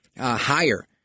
higher